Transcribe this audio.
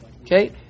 Okay